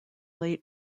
late